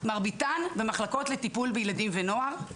מרביתן במחלקות לטיפול בילדים ונוער,